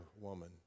woman